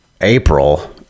April